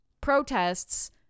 protests